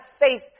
faith